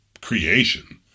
creation